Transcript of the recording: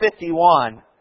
51